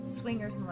Swingers